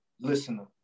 listener